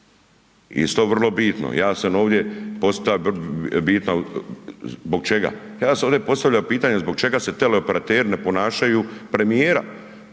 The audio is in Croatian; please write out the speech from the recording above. bitno zbog čega, ja sam ovdje postavljao pitanje zbog čega se teleoperateri ne ponašaju, premijera,